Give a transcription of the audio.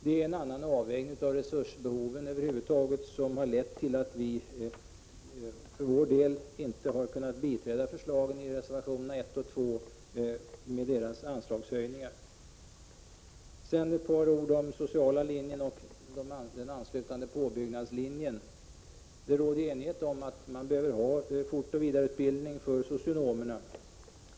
Det är en avvägning av resursbehoven över huvud taget som har lett till att vi för vår del inte har kunnat biträda förslagen i reservationerna 1 och 2 med deras anslagshöjningar. Så ett par ord om sociala linjen och den anslutande påbyggnadslinjen. Det råder enighet om att det behövs fortoch vidareutbildning för socionomerna.